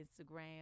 Instagram